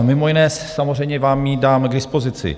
Mimo jiné samozřejmě vám ji dám k dispozici.